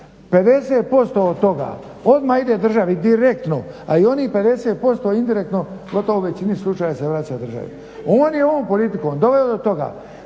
50% od toga odmah ide državi direktno a i onih 50% indirektno gotovo u većini slučajeva se vraća državi. On je ovom politikom doveo do toga